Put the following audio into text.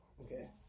okay